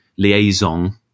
liaison